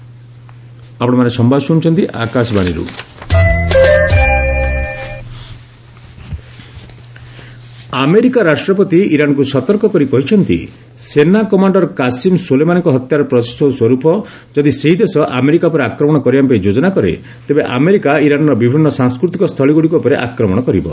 Iran nuclear America ରାଷ୍ଟ୍ରପତି ଇରାନ୍କୁ ସତର୍କ କରି କହିଛନ୍ତି ସେନା କମାଣ୍ଡର କାସିମ୍ ସୋଲେମାନିଙ୍କ ହତ୍ୟାର ପ୍ରତିଶୋଧସ୍ୱର୍ପ ଯଦି ସେହି ଦେଶ ଆମେରିକା ଉପରେ ଆକ୍ରମଣ କରିବାପାଇଁ ଯୋଜନା କରେ ତେବେ ଆମେରିକା ଇରାନ୍ର ବିଭିନ୍ନ ସାଂସ୍କୃତିକ ସ୍ଥଳୀଗୁଡ଼ିକ ଉପରେ ଆକ୍ରମଣ କରିବ